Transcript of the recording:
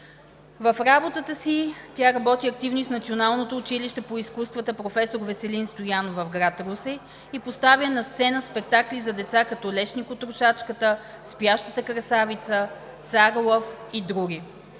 В работата си тя работи активно и с Националното училище по изкуствата „Професор Веселин Стоянов“ в град Русе и поставя на сцена спектакли за деца като „Лешникотрошачката“, „Спящата красавица“, „Цар Лъв“ и други.